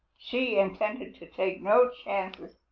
she intended to take no chances,